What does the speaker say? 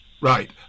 right